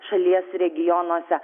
šalies regionuose